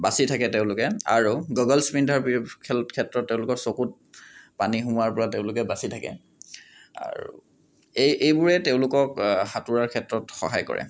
বাছি থাকে তেওঁলোকে আৰু গগলচ পিন্ধাৰ ক্ষেত্ৰত তেওঁলোকৰ চকুত পানী সোমোৱাৰ পৰা তেওঁলোকে বাছি থাকে আৰু এই এইবোৰে তেওঁলোকক সাঁতোৰাৰ ক্ষেত্ৰত সহায় কৰে